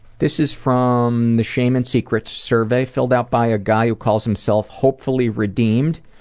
this is from the shame and secrets survey, filled out by a guy who calls himself hopefully redeemed.